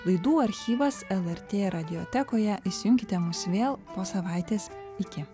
laidų archyvas lrt radiotekoje įsijunkite mus vėl po savaitės iki